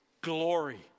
glory